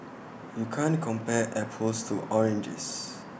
you can't compare apples to oranges